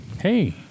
Hey